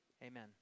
Amen